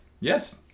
Yes